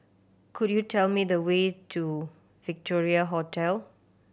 could you tell me the way to Victoria Hotel